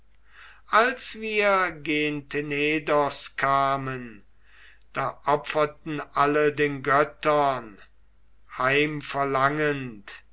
als wir gen tenedos kamen da opferten alle den göttern